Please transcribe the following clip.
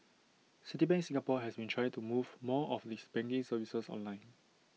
Citibank Singapore has been trying to move more of its banking services online